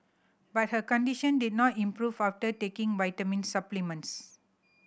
but her condition did not improve after taking vitamin supplements